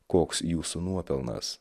koks jūsų nuopelnas